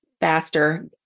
faster